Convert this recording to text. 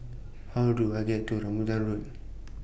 How Do I get to Rambutan Road